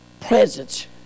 presence